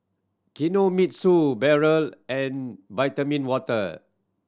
Kinomitsu Barrel and Vitamin Water